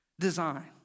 Design